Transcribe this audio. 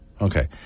Okay